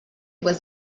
was